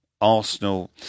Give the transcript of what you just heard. Arsenal